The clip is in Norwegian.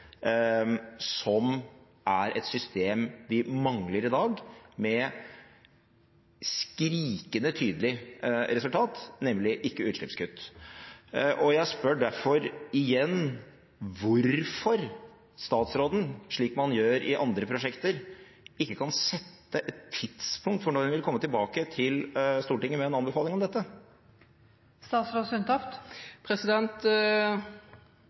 Jeg spør derfor igjen: Hvorfor kan ikke statsråden, slik man gjør i andre prosjekter, sette et tidspunkt for når hun vil komme tilbake til Stortinget med en anbefaling om